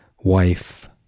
wife